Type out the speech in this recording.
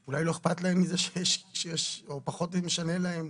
לא אכפת להם או פחות משנה להם,